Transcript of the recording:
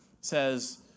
says